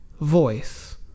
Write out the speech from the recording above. voice